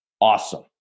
awesome